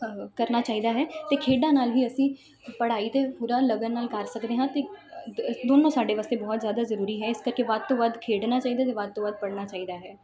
ਕਰਨਾ ਚਾਹੀਦਾ ਹੈ ਅਤੇ ਖੇਡਾਂ ਨਾਲ ਵੀ ਅਸੀਂ ਪੜ੍ਹਾਈ ਤਾਂ ਪੂਰਾ ਲਗਨ ਨਾਲ ਕਰ ਸਕਦੇ ਹਾਂ ਅਤੇ ਦ ਦੋਨੋਂ ਸਾਡੇ ਵਾਸਤੇ ਬਹੁਤ ਜ਼ਿਆਦਾ ਜ਼ਰੂਰੀ ਹੈ ਇਸ ਕਰਕੇ ਵੱਧ ਤੋਂ ਵੱਧ ਖੇਡਣਾ ਚਾਹੀਦਾ ਅਤੇ ਵੱਧ ਤੋਂ ਵੱਧ ਪੜ੍ਹਨਾ ਚਾਹੀਦਾ ਹੈ